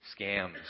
scams